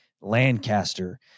Lancaster